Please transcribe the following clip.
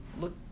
look